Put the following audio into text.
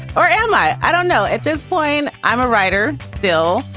or am i? i don't know. at this point. i'm a writer still,